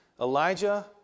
Elijah